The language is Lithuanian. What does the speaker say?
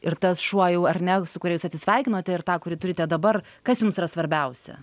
ir tas šuo jau ar ne su kuriuo jūs atsisveikinote ir tą kurį turite dabar kas jums yra svarbiausia